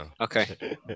Okay